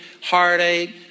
heartache